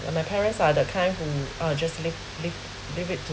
my parents are that kind who uh just leave leave leave it to